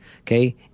Okay